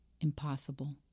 impossible